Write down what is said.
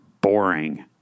boring